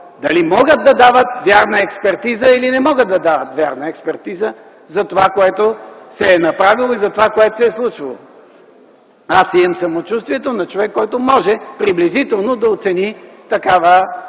дали могат да дават вярна експертиза или не могат да дават вярна експертиза за това, което се е направило и за това, което се е случило. Аз имам самочувствието на човек, който може приблизително да оцени такава